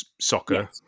soccer